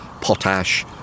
potash